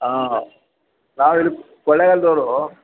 ಆಂ ನಾವು ಇಲ್ಲಿ ಕೊಳ್ಳೇಗಾಲದವ್ರು